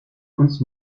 uns